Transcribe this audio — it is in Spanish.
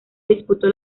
disputó